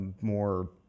more